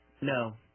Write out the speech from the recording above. No